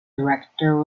director